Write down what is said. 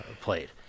played